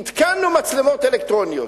התקנו מצלמות אלקטרוניות.